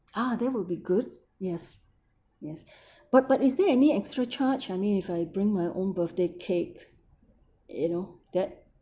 ah that would be good yes yes but but is there any extra charge I mean if I bring my own birthday cake you know that